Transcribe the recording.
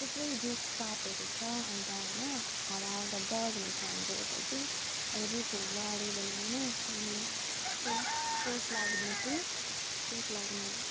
थुप्रै रुखपातहरू छ अन्त होइन हावा आउँदा डर हुन्छ हाम्रो यता चाहिँ अब रुखहरू लड्यो भने होइन हामीलाई चोट चोट लाग्ने चाहिँ चोट लाग्ने